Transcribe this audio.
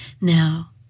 Now